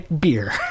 beer